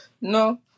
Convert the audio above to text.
No